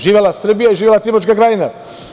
Živela Srbija i živela Timočka Krajina.